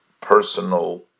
personal